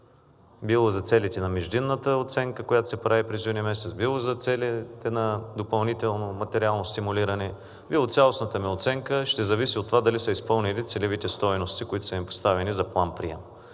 Било за целите на междинната оценка, която се прави през юни месец, било за целите на допълнително материално стимулиране, било цялостната ми оценка, ще зависи от това дали са изпълнили целевите стойности, които са им поставени за план-прием.